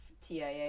TIA